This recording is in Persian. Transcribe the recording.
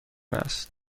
است